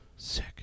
Sick